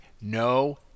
No